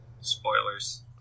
Spoilers